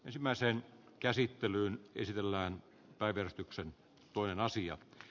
ensimmäiseen käsittelyyn esitellään päivystyksen toinen asia